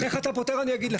איך אתה פותר, אני אגיד לך.